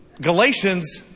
Galatians